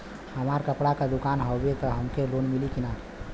हमार कपड़ा क दुकान हउवे त हमके लोन मिली का?